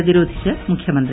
പ്രതിരോധിച്ച് മുഖ്യമന്ത്രി